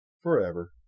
Forever